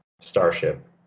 starship